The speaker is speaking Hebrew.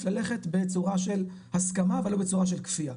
ללכת בצורה של הסכמה ולא בצורה של כפייה.